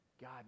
God